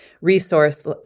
resource